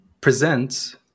presents